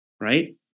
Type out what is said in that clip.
Right